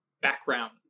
background